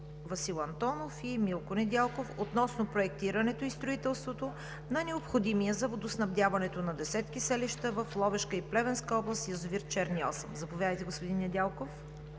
Васил Антонов и Милко Недялков относно проектирането и строителството за необходимия за водоснабдяване на десетки селища в Ловешка и Плевенска област язовир „Черни Осъм“. Заповядайте, господин Недялков.